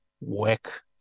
work